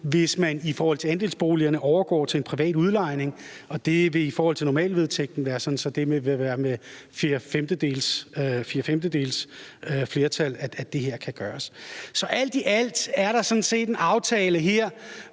hvis en andelsboligforening overgår til at blive privat udlejning, og det vil i forhold til normalvedtægten være sådan, at det vil være med fire femtedeles flertal, at det her kan gøres. Så alt i alt er der sådan set en aftale her,